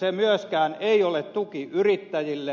se myöskään ei ole tuki yrittäjille